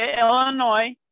Illinois